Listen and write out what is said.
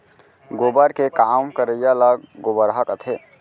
गोबर के काम करइया ल गोबरहा कथें